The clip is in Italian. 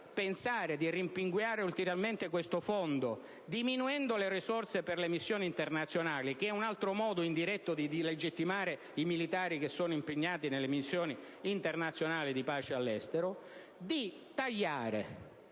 pensare di rimpinguare ulteriormente questo fondo diminuendo le risorse per le missioni internazionali (un altro modo indiretto di delegittimare i militari impegnati nelle missioni internazionali di pace all'estero), di tagliare